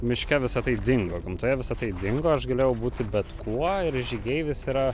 miške visa tai dingo gamtoje visa tai dingo aš galėjau būti bet kuo ir žygeivis yra